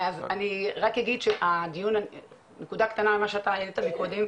אני רק אגיד נקודה קטנה לגבי מה שאתה העלית קודם,